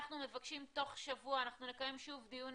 אנחנו מבקשים תוך שבוע אנחנו נקיים שוב דיון